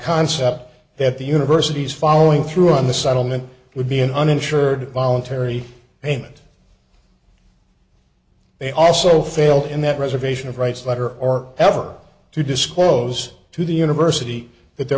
concept that the university's following through on the settlement would be an uninsured voluntary payment they also failed in that reservation of rights letter or ever to disclose to the university that there